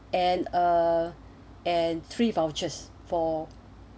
and uh and three vouchers for